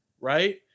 right